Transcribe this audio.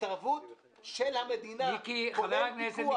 כולל פיתוח.